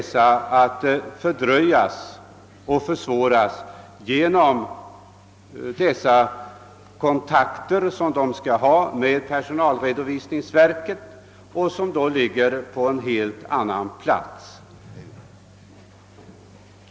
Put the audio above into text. av ansökningarna att fördröjas och försvåras genom de kontakter som förbanden skall ta med värnpliktskontoret, vilket för många förband ligger i ett annat militärområde.